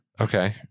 Okay